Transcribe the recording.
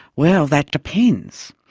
well, that depends.